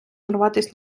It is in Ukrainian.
нарватися